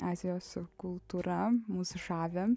azijos kultūra mus žavi